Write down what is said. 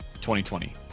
2020